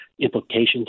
implications